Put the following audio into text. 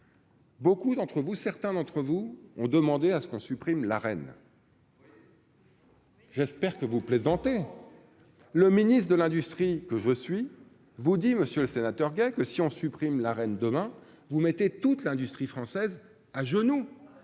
Beaucoup d'entre vous, certains d'entre vous ont demandé à ce qu'on supprime la reine. Oui. J'espère que vous plaisantez, le ministre de l'Industrie, que je suis, vous dit monsieur le sénateur gai que si on supprime la reine demain vous mettez toute l'industrie française à genoux